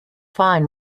fine